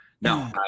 no